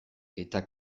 eta